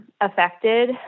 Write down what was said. affected